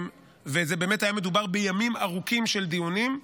ובאמת היה מדובר בימים ארוכים של דיונים.